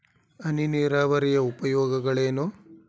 ಹನಿ ನೀರಾವರಿಯ ಉಪಯೋಗಗಳೇನು?